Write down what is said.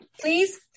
Please